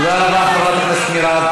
תודה רבה, חברת הכנסת מירב.